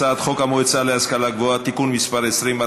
הצעת חוק המועצה להשכלה גבוהה (תיקון מס' 20),